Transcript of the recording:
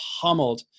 pummeled